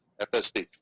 fsd